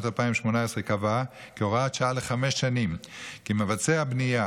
2018 קבע כהוראת שעה לחמש שנים כי מבצע בנייה